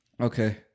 Okay